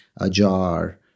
Ajar